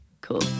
Cool